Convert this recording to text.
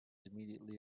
immediately